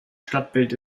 stadtbild